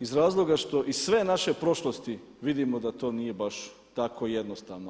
iz razloga što iz sve naše prošlosti vidimo da to nije baš tako jednostavno.